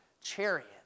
chariot